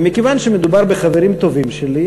ומכיוון שמדובר בחברים טובים שלי,